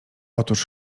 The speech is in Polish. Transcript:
otóż